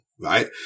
right